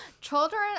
Children